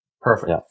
Perfect